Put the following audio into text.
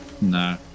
No